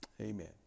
Amen